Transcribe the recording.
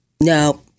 No